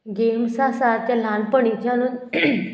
games आसात ते ल्हानपणीच्यानूत